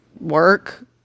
work